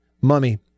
Mummy